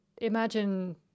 imagine